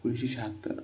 एकोणीशे शहात्तर